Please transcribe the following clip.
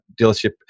dealership